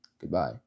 Goodbye